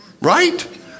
right